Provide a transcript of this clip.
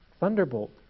thunderbolt